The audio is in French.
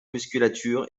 musculature